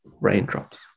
raindrops